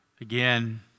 again